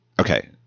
Okay